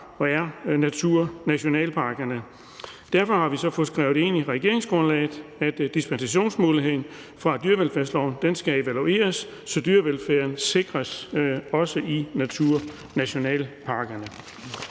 og er naturnationalparkerne. Derfor har vi så fået skrevet ind i regeringsgrundlaget, at dispensationsmuligheden fra dyrevelfærdsloven skal evalueres, så dyrevelfærden også sikres i naturnationalparkerne.